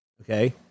okay